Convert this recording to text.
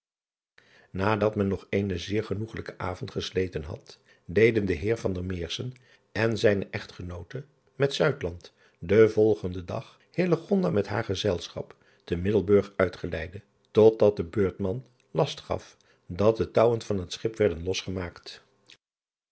adat men nog eenen zeer genoegelijken avond gesleten had deden de eer en zijne chtgenoore met den volgenden dag met driaan oosjes zn et leven van illegonda uisman haar gezelschap te iddelburg uitgeleide tot dat de beurtman last gaf dat de touwen van het chip werden losgemaakt